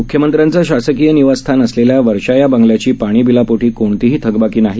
म्ख्यमंत्र्यांचेशासकीयनिवासस्थानअसलेल्यावर्षायाबंगल्याचीपाणीबिलापोटी कोणतीहीथकबाकीनाही